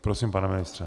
Prosím, pane ministře.